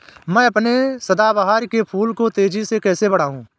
मैं अपने सदाबहार के फूल को तेजी से कैसे बढाऊं?